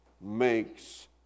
makes